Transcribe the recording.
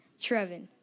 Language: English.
Trevin